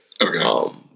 Okay